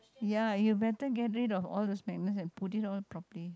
ya you better get rid of all these memories and put it off properly